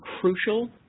crucial